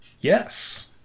Yes